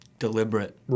deliberate